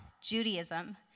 Judaism